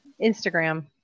instagram